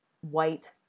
white